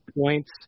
points